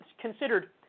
considered